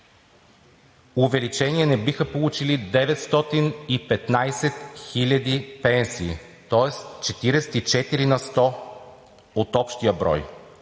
увеличение не биха получили 915 000 пенсии, тоест 44 на сто от общия брой,